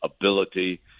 ability